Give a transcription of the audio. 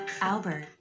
Albert